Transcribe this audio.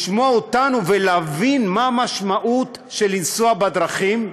לשמוע אותנו ולהבין מה המשמעות של לנסוע בדרכים.